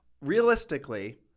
realistically